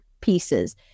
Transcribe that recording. pieces